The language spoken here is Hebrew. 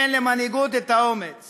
אין למנהיגות את האומץ